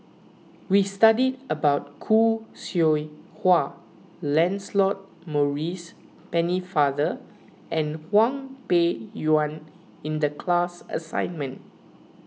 we studied about Khoo Seow Hwa Lancelot Maurice Pennefather and Hwang Peng Yuan in the class assignment